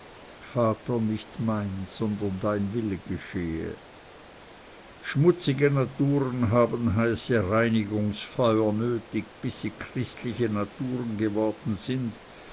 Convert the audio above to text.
vater nicht mein sondern dein wille geschehe schmutzige naturen haben heiße reinigungsfeuer nötig bis sie christliche naturen geworden sind